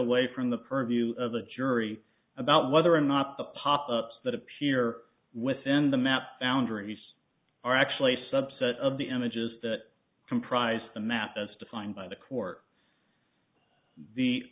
away from the purview of the jury about whether or not the pop ups that appear within the map foundries are actually a subset of the images that comprise the map as defined by the court the